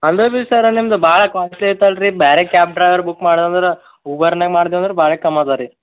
ಅಲ್ಲ ರೀ ಸರ್ ನಿಮ್ದು ಭಾಳ ಕಾಸ್ಟ್ಲಿ ಆಯ್ತಲ್ಲ ರೀ ಬೇರೆ ಕ್ಯಾಬ್ ಡ್ರೈವರ್ ಬುಕ್ ಮಾಡ್ದಂದ್ರೆ ಊಬರ್ನಾಗೆ ಮಾಡ್ದೇವಂದ್ರೆ ಭಾಳ ಕಮ್ಮಿ ಇದೆ ರೀ